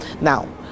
Now